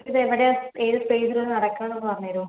ഇതെവിടെയാ ഏത് പ്ലേസിലാ നടക്കണതെന്നു പറഞ്ഞു തരുമോ